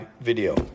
video